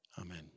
Amen